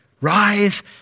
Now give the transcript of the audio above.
rise